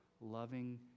loving